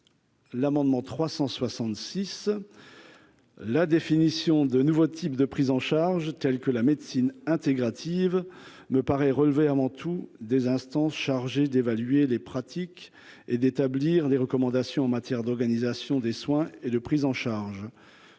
l'amendement 366 la définition de nouveaux types de prise en charge, tels que la médecine intégrative, me paraît relever avant tout des instances chargées d'évaluer les pratiques et d'établir des recommandations en matière d'organisation des soins et de prise en charge